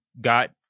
got